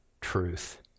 truth